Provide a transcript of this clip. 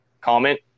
comment